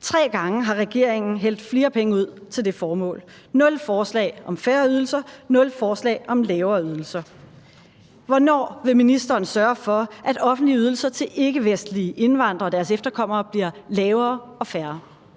Tre gange har regeringen hældt flere penge ud til det formål. Nul forslag om færre ydelser. Nul forslag om lavere ydelser. Hvornår vil ministeren sørge for, at offentlige ydelser til ikkevestlige indvandrere og deres efterkommere bliver lavere og færre?